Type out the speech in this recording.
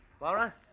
Laura